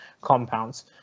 compounds